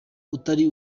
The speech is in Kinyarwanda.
utari